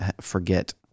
forget